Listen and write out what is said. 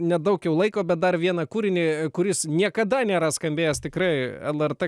nedaug jau laiko bet dar vieną kūrinį kuris niekada nėra skambėjęs tikrai lrt